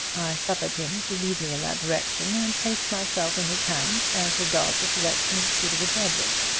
suffered him to lead me in that direction and placed myself in his hands as regards the selection of a suitable beverage.